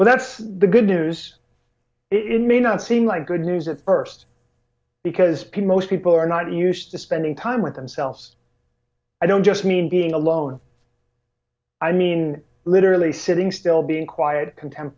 when that's the good news it may not seem like good news if first because most people are not used to spending time with themselves i don't just mean being alone i mean literally sitting still being quiet contemp